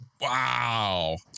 Wow